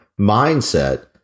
mindset